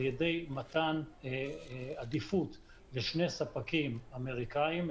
על ידי מתן עדיפות לשני ספקים אמריקאים.